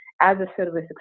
as-a-service